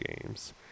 games